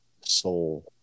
soul